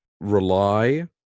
rely